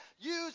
use